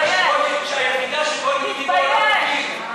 תתבייש.